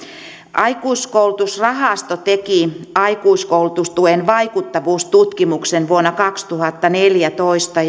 aikuiskoulutusrahasto teki aikuiskoulutustuen vaikuttavuustutkimuksen vuonna kaksituhattaneljätoista